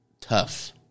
tough